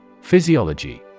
Physiology